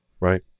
Right